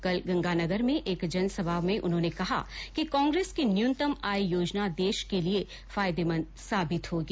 कल गंगानगर में एक जनसभा में उन्होंने कहा कि कांग्रेस की न्यूनतम आय योजना देश के लिए फायदेमंद साबित होगी